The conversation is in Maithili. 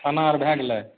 अनार भए गेलै